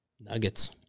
Nuggets